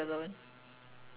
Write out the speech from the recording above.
okay